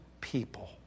people